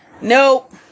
Nope